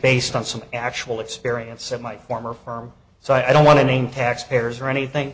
based on some actual experience of my former firm so i don't want to name taxpayers or anything